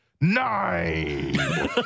nine